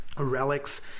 Relics